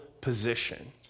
position